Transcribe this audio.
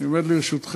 אני עומד לרשותכם,